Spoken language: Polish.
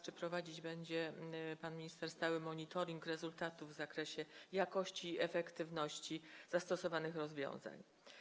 Czy prowadzić będzie pan minister stały monitoring rezultatów w zakresie jakości i efektywności zastosowanych rozwiązań?